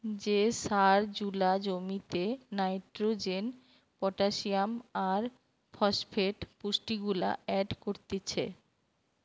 যে সার জুলা জমিতে নাইট্রোজেন, পটাসিয়াম আর ফসফেট পুষ্টিগুলা এড করতিছে